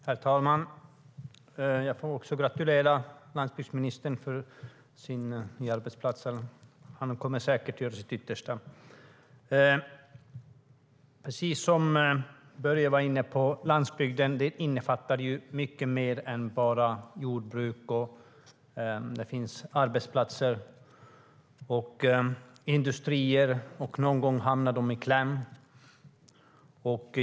Herr talman! Jag får också gratulera landsbygdsministern till den nya arbetsplatsen. Han kommer säkert att göra sitt yttersta. Precis som Börje var inne på innefattar landsbygden mycket mer än bara jordbruk. Där finns arbetsplatser och industrier, och någon gång hamnar de i kläm.